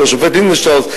של השופט לינדנשטראוס,